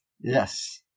Yes